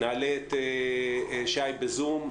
נעלה את שי בזום,